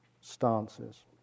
stances